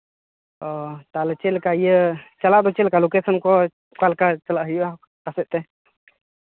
ᱚ ᱛᱟᱦᱚᱞᱮ ᱪᱮᱫ ᱞᱮᱠᱟ ᱤᱭᱟᱹ ᱪᱟᱞᱟᱜ ᱫᱚ ᱪᱮᱫ ᱞᱮᱠᱟ ᱞᱳᱠᱮᱥᱮᱱ ᱠᱚ ᱚᱠᱟ ᱞᱮᱠᱟ ᱪᱟᱞᱟᱜ ᱦᱩᱭᱩᱜᱼᱟ ᱚᱠᱟ ᱥᱮᱫ ᱛᱮ